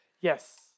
Yes